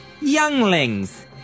Younglings